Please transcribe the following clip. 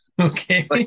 Okay